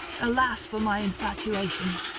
alas for my infatuation!